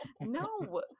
no